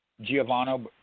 Giovanni